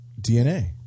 DNA